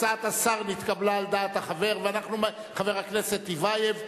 הצעת השר התקבלה על דעת חבר הכנסת טיבייב,